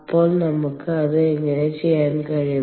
അപ്പോൾ നമുക്ക് അത് എങ്ങനെ ചെയ്യാൻ കഴിയും